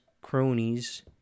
Cronies